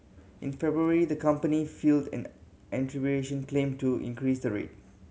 in February the company filed an claim to increase the rate